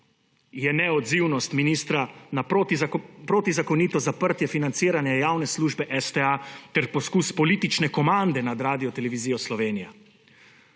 je neodzivnost ministra na protizakonito zaprtje financiranja javne službe STA ter poskus politične komande nad Radiotelevizijo Slovenijo.